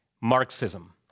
Marxism